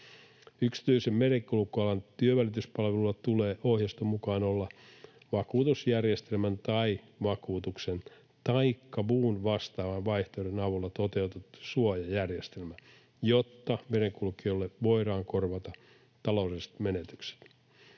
Yksityisen merenkulkualan työnvälityspalvelulla tulee ohjeiston mukaan olla vakuutusjärjestelmän tai vakuutuksen taikka muun vastaavan vaihtoehdon avulla toteutettu suojajärjestelmä, jotta merenkulkijoille voidaan korvata taloudelliset menetykset.